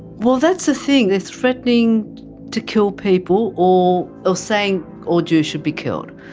well that's the thing. they're threatening to kill people or or saying all jews should be killed.